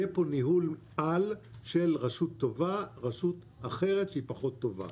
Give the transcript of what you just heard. יהיה פה ניהול-על של רשות טובה על רשות אחרת שהיא פחות טובה.